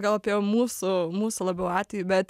gal apie mūsų mūsų labiau atvejį bet